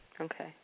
Okay